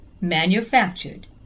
manufactured